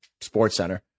SportsCenter